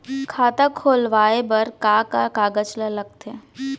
खाता खोलवाये बर का का कागज ल लगथे?